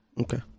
Okay